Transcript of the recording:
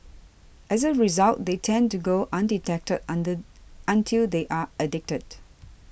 as a result they tend to go undetected on the until they are addicted